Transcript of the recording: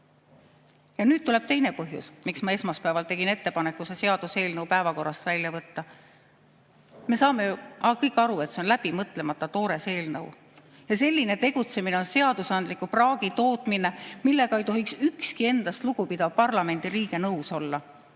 Ja nüüd tuleb teine põhjus, miks ma esmaspäeval tegin ettepaneku see seaduseelnõu päevakorrast välja võtta. Me saame ju kõik aru, et see on läbimõtlemata, toores eelnõu. Ja selline tegutsemine on seadusandliku praagi tootmine, millega ei tohiks ükski endast lugupidav parlamendi liige nõus olla.